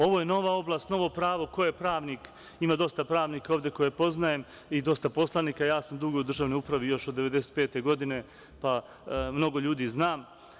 Ovo je nova oblast, novo pravo, ko je pravnik, ima dosta pravnika ovde koje poznajem, dosta poslanika, ja sam dugo u državnoj upravi, još od 1995. godine, pa mnogo ljudi znam.